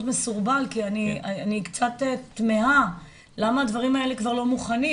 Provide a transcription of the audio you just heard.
מסורבל כי אני קצת תמהה למה הדברים האלה כבר לא מוכנים,